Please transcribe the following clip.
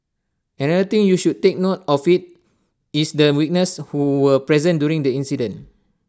another thing you should take note of is the witnesses who were present during the incident